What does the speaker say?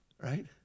Right